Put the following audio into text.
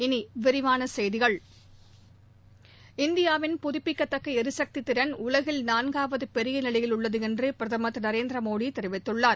இனி விரிவான செய்திகள் இந்தியாவின் புதுப்பிக்கத்தக்க ளரிசக்தி திறன் உலகில் நான்காவது பெரிய நிலையில் உள்ளது என்று பிரதமர் திரு நரேந்திரமோடி தெரிவித்துள்ளார்